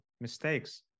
mistakes